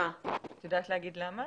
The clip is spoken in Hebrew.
יודעת להגיד למה?